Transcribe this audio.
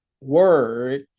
word